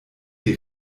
die